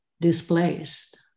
displaced